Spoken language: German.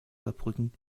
saarbrücken